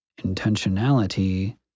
Intentionality